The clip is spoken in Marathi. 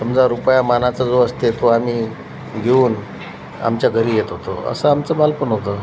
समजा रुपया मानाचा जो असते तो आम्ही घेऊन आमच्या घरी येत होतो असं आमचं बालपण होतं